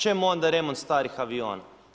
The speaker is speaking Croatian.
Čemu onda remont starih aviona?